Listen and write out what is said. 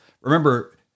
Remember